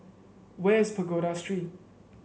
where is Pagoda Street